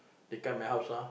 they come my house lah